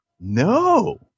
No